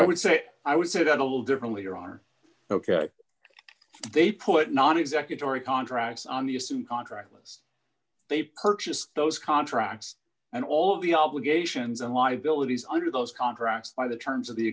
i would say i would say that a little differently or are ok they put non executive or a contracts on the assumed contract list they purchased those contracts and all of the obligations and liabilities under those contracts by the terms of the